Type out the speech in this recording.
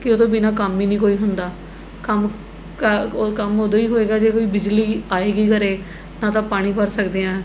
ਕਿ ਉਦੋਂ ਬਿਨਾਂ ਕੰਮ ਹੀ ਨਹੀਂ ਕੋਈ ਹੁੰਦਾ ਕੰਮ ਕ ਕੰਮ ਉਦੋਂ ਹੀ ਹੋਵੇਗਾ ਜੇ ਕੋਈ ਬਿਜਲੀ ਆਵੇਗੀ ਘਰ ਨਾ ਤਾਂ ਪਾਣੀ ਭਰ ਸਕਦੇ ਹਾਂ